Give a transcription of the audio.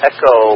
Echo